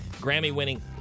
Grammy-winning